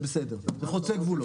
זה חוצה גבולות.